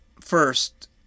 First